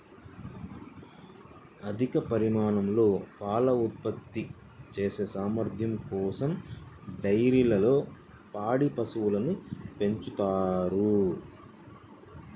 అధిక పరిమాణంలో పాలు ఉత్పత్తి చేసే సామర్థ్యం కోసం డైరీల్లో పాడి పశువులను పెంచుతారు